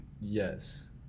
yes